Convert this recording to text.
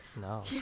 no